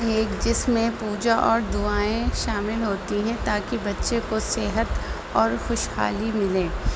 ایک جس میں پوجا اور دعائیں شامل ہوتی ہیں تاکہ بچے کو صحت اور خوشحالی ملے